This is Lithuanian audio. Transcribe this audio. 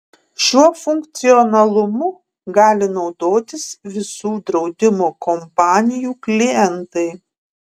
šiuo funkcionalumu gali naudotis visų draudimo kompanijų klientai